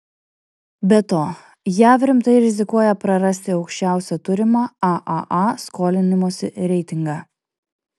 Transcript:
be to jav rimtai rizikuoja prarasti aukščiausią turimą aaa skolinimosi reitingą